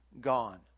gone